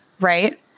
right